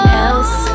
else